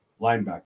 linebacker